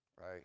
right